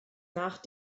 nach